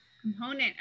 component